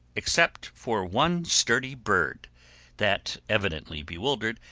except for one sturdy bird that, evidently bewildered,